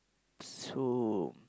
so